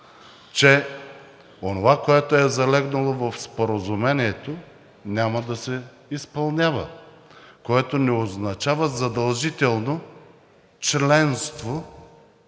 че онова, което е залегнало в Споразумението, няма да се изпълнява, което не означава задължително членство